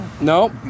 no